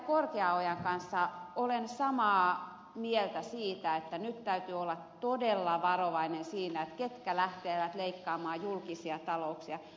korkeaojan kanssa olen samaa mieltä siitä että nyt täytyy olla todella varovainen siinä ketkä lähtevät leikkaamaan julkisia talouksia